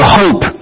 hope